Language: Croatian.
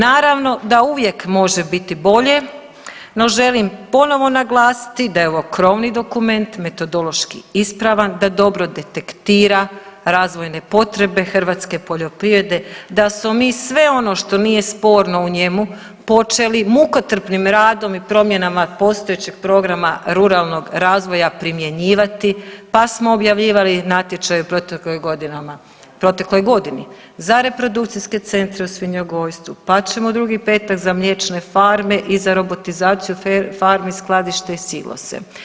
Naravno da uvijek može biti bolje, no želim ponovo naglasiti da je ovo krovni dokument metodološki ispravan, da dobro detektira razvojne potrebe hrvatske poljoprivrede, da smo mi sve ono što nije sporno u njemu počeli mukotrpnim radom i promjenama postojećeg Programa ruralnog razvoja primjenjivati, pa smo objavljivali natječaj u protekloj godini za reprodukcijske centre u svinjogojstvu, pa ćemo drugi petog za mliječne farme i za robotizaciju farmi, skladište i silose.